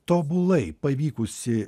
tobulai pavykusį